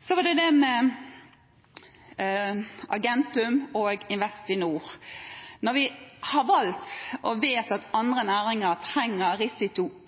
Så Argentum og Investinor: Når vi har valgt og vet at andre næringer trenger